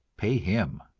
pay him.